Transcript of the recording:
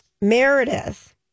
Meredith